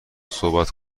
صحبت